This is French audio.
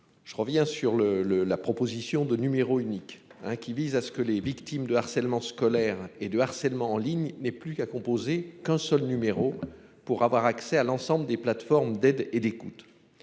Je reviens sur le le la proposition de numéro unique hein qui vise à ce que les victimes de harcèlement scolaire et de harcèlement en ligne n'est plus qu'à composer qu'un seul numéro pour avoir accès à l'ensemble des plateformes d'aide et d'écoute.